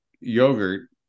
yogurt